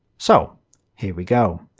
so here we go.